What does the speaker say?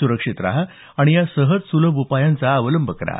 सुरक्षित रहा आणि या सहज सुलभ उपायांचा अवलंब करा